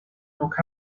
look